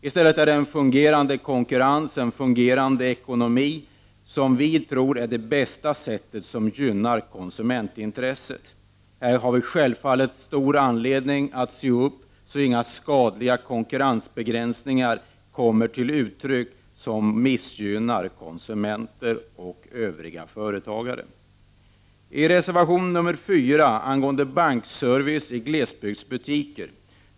I stället är det en fungerande konkurrens, en fungerande ekonomi, som enligt vår mening är det bästa sättet att gynna konsumentintresset. Här finns självfallet stor anledning att se upp så att inga skadliga konkurrensbegränsningar — som kunde missgynna konsumenter och övriga företagare — kommer till uttryck. Reservation 4 tar upp bankservice i glesbygdsbutiker.